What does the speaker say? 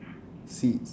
seeds